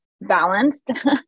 balanced